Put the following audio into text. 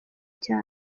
cyane